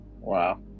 Wow